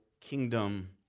kingdom